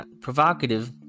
provocative